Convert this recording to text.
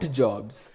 jobs